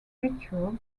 rituals